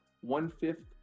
one-fifth